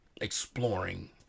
exploring